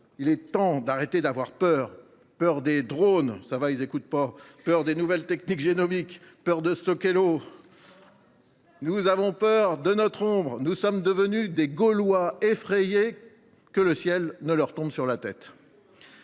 il est temps d’arrêter d’avoir peur, peur des drones, peur des nouvelles techniques génomiques, peur de stocker l’eau. Nous avons peur de notre ombre ! Nous sommes devenus des Gaulois effrayés que le ciel ne leur tombe sur la tête.